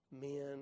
Men